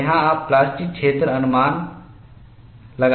और यहां आप प्लास्टिक क्षेत्र होने का अनुमान लगाते हैं